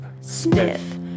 Smith